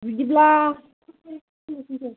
बिदिब्ला